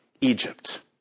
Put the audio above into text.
Egypt